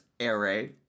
array